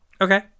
Okay